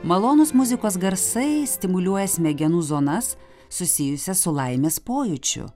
malonūs muzikos garsai stimuliuoja smegenų zonas susijusias su laimės pojūčiu